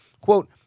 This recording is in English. Quote